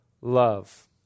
love